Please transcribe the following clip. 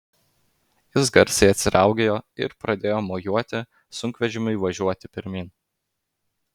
jis garsiai atsiraugėjo ir pradėjo mojuoti sunkvežimiui važiuoti pirmyn